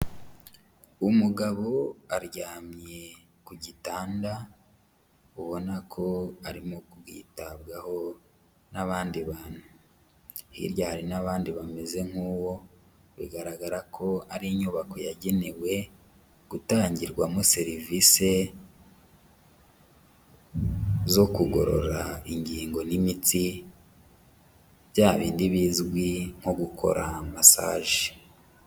Umugabo aryamye ku gitanda, ubona ko arimo kwitabwaho n'abandi bantu. Hirya hari n'abandi bameze nk'uwo, bigaragara ko ari inyubako yagenewe gutangirwamo serivisi zo kugorora ingingo n'imitsi, bya bindi bizwi nko gukora masaje.